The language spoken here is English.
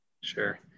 Sure